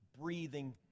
breathing